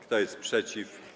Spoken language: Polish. Kto jest przeciw?